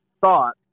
thought